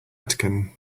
vatican